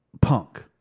Punk